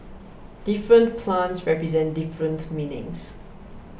different plants represent different meanings